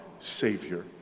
Savior